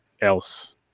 else